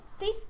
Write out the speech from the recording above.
Facebook